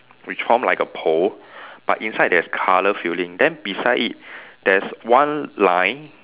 which form like a pole but inside there's colour filling then beside it there's one line